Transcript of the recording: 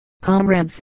Comrades